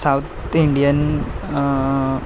south Indian